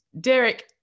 derek